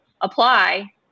apply